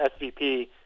SVP